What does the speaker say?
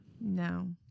No